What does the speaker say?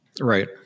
right